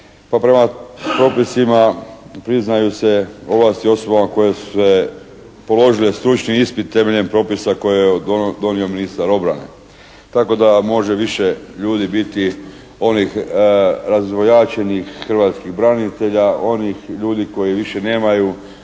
prema propisima priznaju se ovlasti osobama koje su se, položile stručni ispit temeljem propisa koje je donio ministar obrane. Tako da može više ljudi biti onih razvojačenih hrvatskih branitelja, onih ljudi koji više nemaju